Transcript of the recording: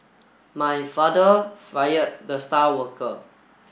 my father fired the star worker